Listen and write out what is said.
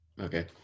Okay